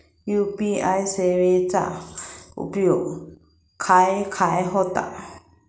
UPI सेवेचा उपयोग खाय खाय होता?